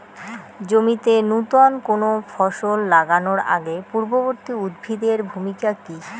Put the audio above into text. জমিতে নুতন কোনো ফসল লাগানোর আগে পূর্ববর্তী উদ্ভিদ এর ভূমিকা কি?